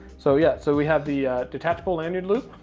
so, yeah. so we have the detachable lanyard loop,